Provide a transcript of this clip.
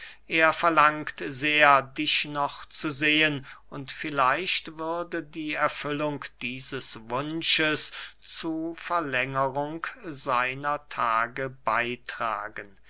er verlangt sehr dich noch zu sehen und vielleicht würde die erfüllung dieses wunsches zu verlängerung seiner tage beytragen